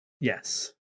Yes